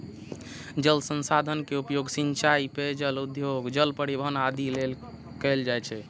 जल संसाधन के उपयोग सिंचाइ, पेयजल, उद्योग, जल परिवहन आदि लेल कैल जाइ छै